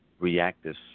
reactive